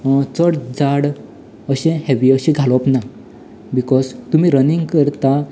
चड जाड अशें हेवी अशें घालप ना बिकोज तुमी रनिंग करता